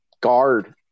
guard